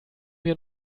wir